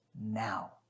now